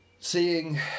Seeing